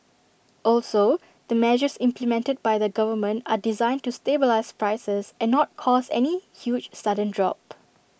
also the measures implemented by the government are designed to stabilise prices and not cause any huge sudden drop